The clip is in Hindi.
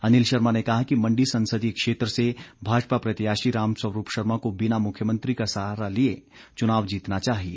अनिल शर्मा ने कहा कि मण्डी संसदीय क्षेत्र से भाजपा प्रत्याशी रामस्वरूप शर्मा को बिना मुख्यमंत्री का सहारा लिए चुनाव जीतना चाहिए